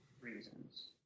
reasons